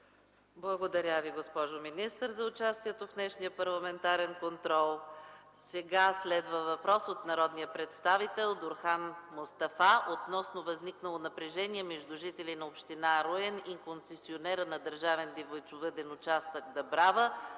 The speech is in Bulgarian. Благодаря Ви, госпожо министър, за участието в днешния парламентарен контрол. Сега следва въпрос от народния представител Дурхан Мустафа относно възникнало напрежение между жители на община Руен и концесионера на Държавен